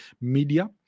media